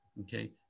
Okay